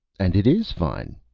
and it is fine.